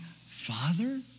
father